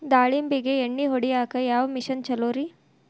ದಾಳಿಂಬಿಗೆ ಎಣ್ಣಿ ಹೊಡಿಯಾಕ ಯಾವ ಮಿಷನ್ ಛಲೋರಿ?